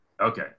Okay